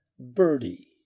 birdie